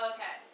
Okay